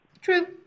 true